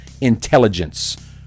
intelligence